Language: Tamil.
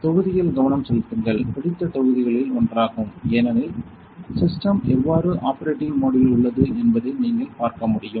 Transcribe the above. தொகுதியில் கவனம் செலுத்துங்கள் பிடித்த தொகுதிகளில் ஒன்றாகும் ஏனெனில் சிஸ்டம் எவ்வாறு ஆப்பரேட்டிங் மோடில் உள்ளது என்பதை நீங்கள் பார்க்க முடியும்